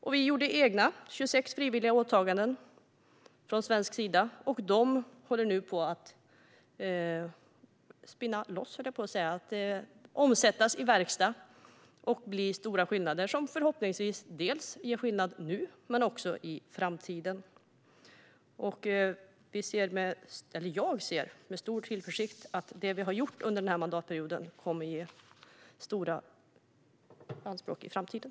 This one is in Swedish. Sverige gjorde 26 frivilliga åtaganden, och de håller nu på att omsättas i verkstad. Förhoppningsvis kommer de att göra skillnad både nu och i framtiden. Jag ser med stor tillförsikt på att det vi har gjort under denna mandatperiod kommer att ge stora avtryck i framtiden.